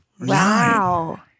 Wow